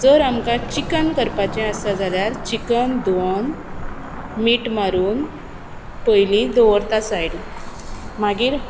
जर आमकां चिकन करपाचें आसत जाल्यार चिकन धूवन मीठ मारून पयलीं दवरता सायडीन मागीर